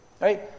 right